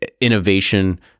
innovation